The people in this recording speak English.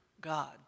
God